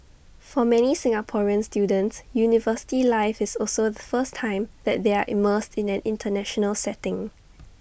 for many Singaporean students university life is also the first time that they are immersed in an International setting